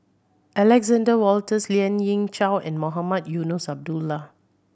Alexander Wolters Lien Ying Chow and Mohamed Eunos Abdullah